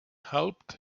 helped